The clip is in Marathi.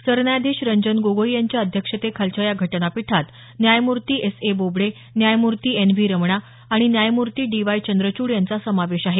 सरन्यायाधीश रंजन गोगोई यांच्या अध्यक्षतेखालच्या या घटनापीठात न्यायमूर्ती एस ए बोबडे न्यायमूर्ती एन व्ही रमणा आणि न्यायमूर्ती डी वाय चंद्रचूड यांचा समावेश आहे